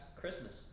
Christmas